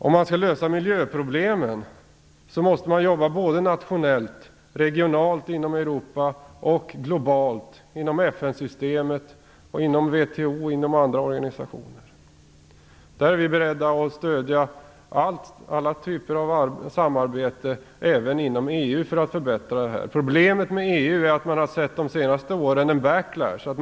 Om man skall lösa miljöproblemen måste man jobba både nationellt, regionalt inom Europa och globalt inom FN-systemet, inom WTO och inom andra organisationer. Vi är beredda att stödja alla typer av samarbete, även inom EU, för att förbättra detta. Problemet med EU är att vi de senaste åren har sett en backlash.